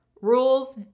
rules